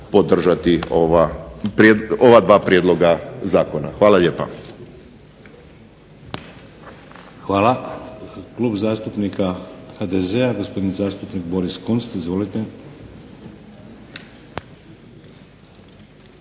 podržati ova dva prijedloga zakona. Hvala lijepa. **Šeks, Vladimir (HDZ)** Hvala. Klub zastupnika HDZ-a gospodin zastupnik Boris Kunst. Izvolite.